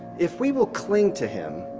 if we will cling to him,